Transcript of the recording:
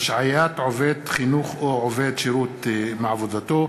(השעיית עובד חינוך או עובד שירות מעבודתו),